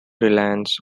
reliance